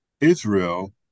Israel